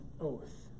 oath